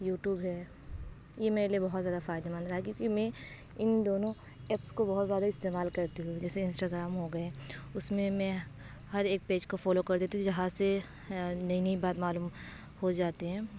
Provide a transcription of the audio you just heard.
YouTube ہے یہ میرے لیے بہت زیادہ فائدہ مند رہا ہے کیونکہ میں ان دونوں ایپس کو بہت زیادہ استعمال کرتی ہوں جیسے انسٹاگرام ہو گئے اس میں میں ہر ایک پیج کو فولو کر دیتی ہوں جہاں سے نئی نئی بات معلوم ہو جاتے ہیں